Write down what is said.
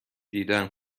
دیدن